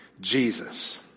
Jesus